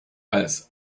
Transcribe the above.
als